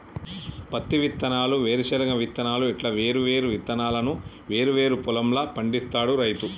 పత్తి విత్తనాలు, వేరుశన విత్తనాలు ఇట్లా వేరు వేరు విత్తనాలను వేరు వేరు పొలం ల పండిస్తాడు రైతు